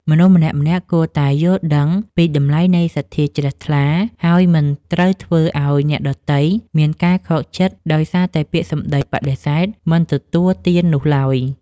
មនុស្សម្នាក់ៗគួរតែយល់ដឹងពីតម្លៃនៃសទ្ធាជ្រះថ្លា ហើយមិនត្រូវធ្វើឱ្យអ្នកដទៃមានការខកចិត្តដោយសារតែពាក្យសម្តីបដិសេធមិនទទួលទាននោះឡើយ។